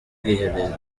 bwiherero